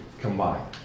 combined